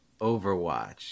Overwatch